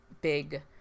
big